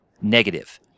negative